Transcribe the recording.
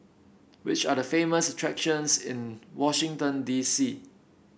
which are the famous attractions in Washington D C